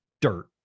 dirt